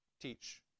teach